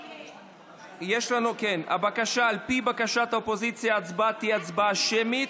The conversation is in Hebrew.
על פי בקשת האופוזיציה ההצבעה תהיה הצבעה שמית.